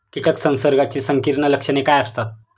कीटक संसर्गाची संकीर्ण लक्षणे काय असतात?